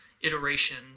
iteration